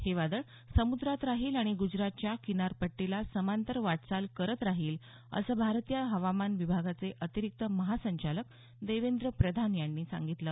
हे वादळ समुद्रात राहील आणि गुजरातच्या किनारपट्टीला समांतर वाटचाल करत राहील असं भारतीय हवामान विभागाचे अतिरिक्त महासंचालक देवेंद्र प्रधान यांनी सांगितलं